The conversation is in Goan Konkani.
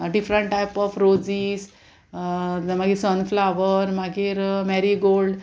डिफरंट टायप ऑफ रोजीस मागीर सनफ्लावर मागीर मॅरीगोल्ड